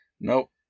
Nope